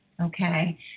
okay